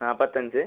നാല്പത്തഞ്ച്